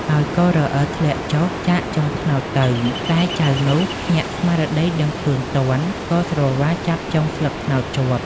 ហើយក៏រអិលធ្លាក់ចុះចាកចុងត្នោតទៅ តែចៅនោះ ភ្ញាក់ស្មារតីដឹងខ្លួនទាន់ ក៏ស្រវាចាប់ចុងស្លឹកត្នោតជាប់។"